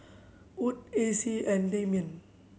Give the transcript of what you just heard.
Wood Acey and Dameon